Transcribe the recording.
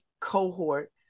cohort